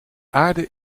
aarde